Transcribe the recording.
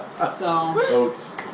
Oats